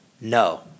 No